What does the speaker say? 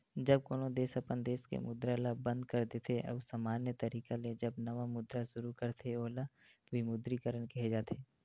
जब कोनो देस अपन देस के मुद्रा ल बंद कर देथे अउ समान्य तरिका ले जब नवा मुद्रा सुरू करथे ओला विमुद्रीकरन केहे जाथे